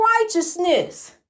righteousness